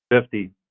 Fifty